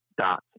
dot